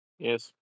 Yes